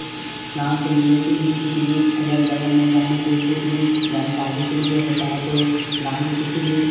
गाँव से लिलेटिव भी कुछ भी अगल बगल में जाने के कुछ भी जानकारी के लिए होता है तो गाँव के किसी बी